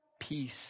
peace